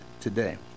today